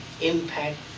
impact